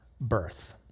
birth